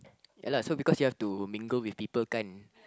ya lah so because you have to mingle with people kind